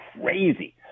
crazy